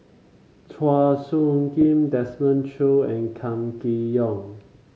Chua Soo Khim Desmond Choo and Kam Kee Yong